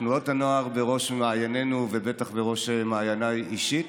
תנועות הנוער בראש מעיינינו ובטח בראש מעייניי אישית,